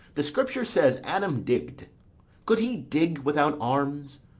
the scripture says adam digg'd could he dig without arms?